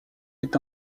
est